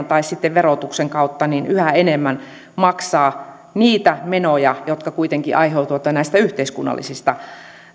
tai sitten verotuksen kautta yhä enemmän maksaa niitä menoja jotka kuitenkin aiheutuvat näistä yhteiskunnallisista